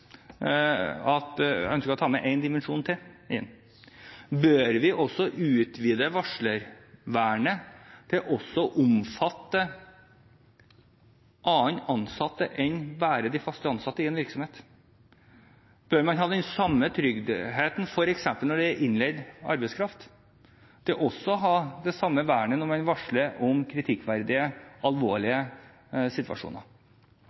en dimensjon til inn: Bør vi utvide varslervernet til også å omfatte andre ansatte enn bare de fast ansatte i en virksomhet? Bør man ha den samme tryggheten f.eks. for innleid arbeidskraft, at de har det samme vernet når de varsler om kritikkverdige, alvorlige situasjoner?